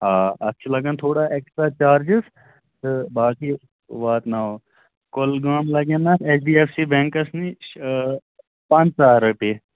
آ اَتھ چھِ لگان تھوڑا اٮ۪کٕسٹرا چارجِز تہٕ باقٕے واتناوَو کُلگام لَگن اَتھ H D F C banks نِش پَنٛژاہ رۄپیہِ